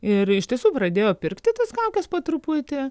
ir iš tiesų pradėjo pirkti tas kaukes po truputį